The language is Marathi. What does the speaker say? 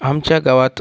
आमच्या गावात